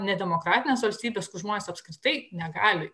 nedemokratines valstybes kur žmonės apskritai negali